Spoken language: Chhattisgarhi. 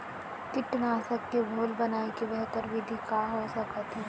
कीटनाशक के घोल बनाए के बेहतर विधि का हो सकत हे?